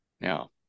Now